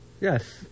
Yes